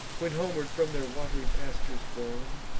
when, homeward from their wat'ry pastures borne,